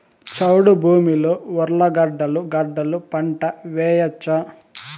చౌడు భూమిలో ఉర్లగడ్డలు గడ్డలు పంట వేయచ్చా?